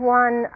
one